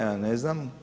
Ja ne znam.